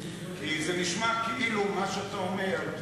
כי זה נשמע כאילו מה שאתה אומר,